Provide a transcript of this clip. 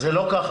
זה לא ככה.